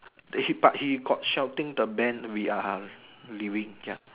they he but he got shouting the band we are leaving ya